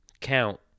count